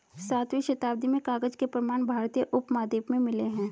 सातवीं शताब्दी में कागज के प्रमाण भारतीय उपमहाद्वीप में मिले हैं